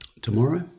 tomorrow